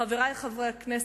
חברי חברי הכנסת,